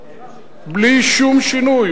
בלי שום שינוי.